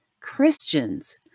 Christians